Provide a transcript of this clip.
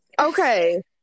okay